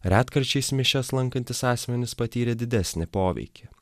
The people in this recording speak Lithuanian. retkarčiais mišias lankantys asmenys patyrė didesnį poveikį